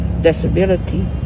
disability